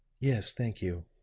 yes, thank you,